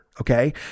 Okay